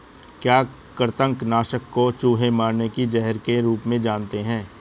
क्या कृतंक नाशक को चूहे मारने के जहर के रूप में जानते हैं?